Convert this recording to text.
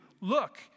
look